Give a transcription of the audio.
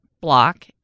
block